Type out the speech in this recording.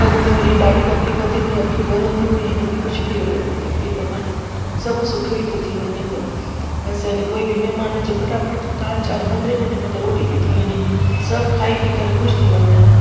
अॻु में वरी ॾाढी तकलीफ़ु थींदी हुई अखियूं ॿरंदियूं हुयूं हिन में कुझु बि अहिड़ो तकलीफ़ु कान्हे सभु सुठो ई थो थी वञे पियो बसि आने कोई बि महिमान अचे फटाफटि दाल चांवर पन्दरहें मिन्टे में त रोटी ती थी वञे सभु खाई पी करे ख़ुशि थी वञनि